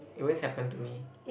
it always happen to me